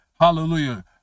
Hallelujah